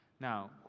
Now